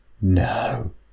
No